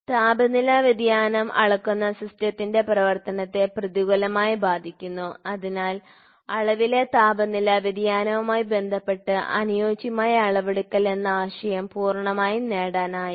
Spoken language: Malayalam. താപനില വ്യതിയാനം അളക്കുന്ന സിസ്റ്റത്തിന്റെ പ്രവർത്തനത്തെ പ്രതികൂലമായി ബാധിക്കുന്നു അതിനാൽ അളവിലെ താപനില വ്യതിയാനവുമായി ബന്ധപ്പെട്ട് അനുയോജ്യമായ അളവെടുക്കൽ എന്ന ആശയം പൂർണ്ണമായും നേടാനായില്ല